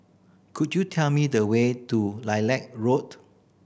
could you tell me the way to Lilac Road